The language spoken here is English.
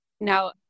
Now